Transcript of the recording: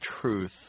truth